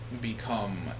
become